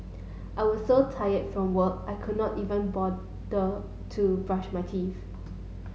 I was so tired from work I could not even bother to brush my teeth